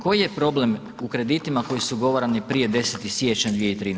Koji je problem u kreditima koji su ugovarani prije 10. siječnja 2013.